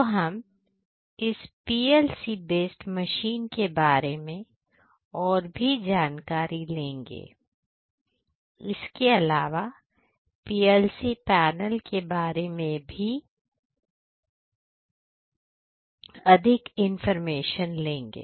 तो हम इस PLC बेस्ड मशीन के बारे में और भी जानकारी लेंगे इसके अलावा पीएलसी पैनल के बारे में भी अधिक इंफॉर्मेशन लेंगे